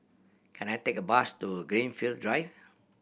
can I take a bus to Greenfield Drive